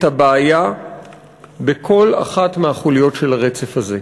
הבעיה בכל אחת מהחוליות של הרצף הזה.